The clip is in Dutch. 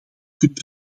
kunnen